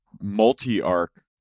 multi-arc